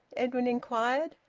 edwin inquired.